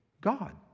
God